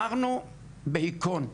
ונשארנו בהיכון,